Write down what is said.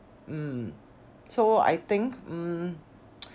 mm so I think mm